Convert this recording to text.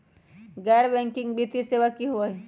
गैर बैकिंग वित्तीय सेवा की होअ हई?